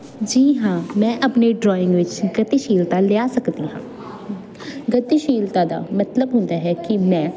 ਜੀ ਹਾਂ ਮੈਂ ਆਪਣੇ ਡਰਾਇੰਗ ਵਿੱਚ ਗਤੀਸ਼ੀਲਤਾ ਲਿਆ ਸਕਦੀ ਹਾਂ ਗਤੀਸ਼ੀਲਤਾ ਦਾ ਮਤਲਬ ਹੁੰਦਾ ਹੈ ਕਿ ਮੈਂ